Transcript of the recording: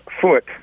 foot